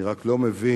אני רק לא מבין